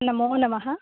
नमोनमः